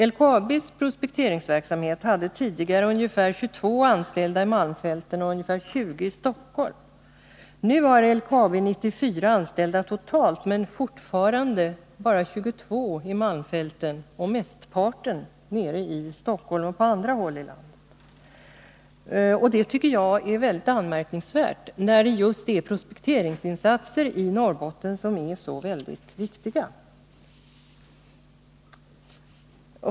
LKAB:s prospekteringsverksamhet hade tidigare ungefär 22 anställda i malmfälten och ungefär 20 i Stockholm. Nu har LKAB:s prospekteringsverksamhet totalt 94 anställda. Fortfarande finns det bara 22 anställda i malmfälten. Merparten finns i Stockholm och på andra håll i landet. Detta är mycket anmärkningsvärt, då det just är prospekteringsinsatserna i Norrbotten som är så viktiga.